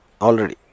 already